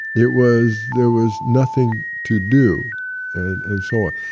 it was there was nothing to do and so on,